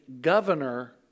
governor